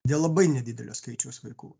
dėl labai nedidelio skaičiaus vaikų